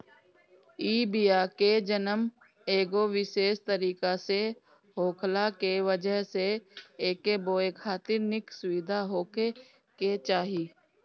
इ बिया के जनम एगो विशेष तरीका से होखला के वजह से एके बोए खातिर निक सुविधा होखे के चाही